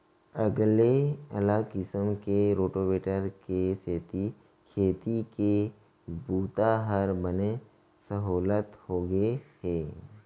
अगले अलग किसम के रोटावेटर के सेती खेती के बूता हर बने सहोल्लत होगे हे